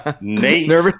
Nate